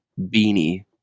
beanie